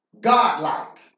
godlike